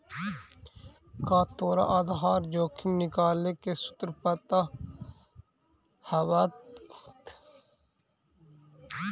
का तोरा आधार जोखिम निकाले के सूत्र पता हवऽ?